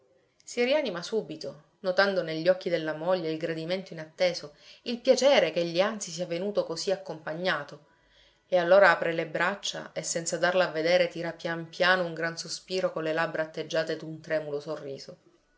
si rianima subito notando negli occhi della moglie il gradimento inatteso il piacere ch'egli anzi sia venuto così accompagnato e allora apre le braccia e senza darlo a vedere tira pian piano un gran sospiro con le labbra atteggiate d'un tremulo sorriso